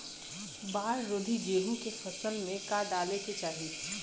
बाढ़ रोधी गेहूँ के फसल में का डाले के चाही?